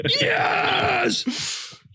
yes